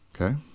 okay